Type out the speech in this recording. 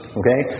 okay